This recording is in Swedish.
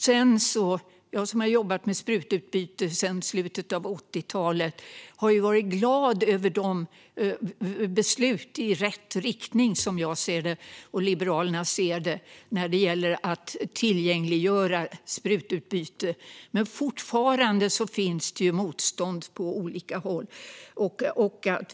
Jag som har jobbat med sprututbyte sedan slutet av 80-talet har varit glad över det som jag och Liberalerna ser som beslut i rätt riktning när det gäller att tillgängliggöra sprututbyte. Men fortfarande finns det ju motstånd på olika håll.